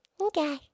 Okay